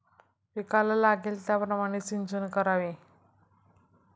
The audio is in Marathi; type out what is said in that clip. पिकाला लागेल त्याप्रमाणे सिंचन करावे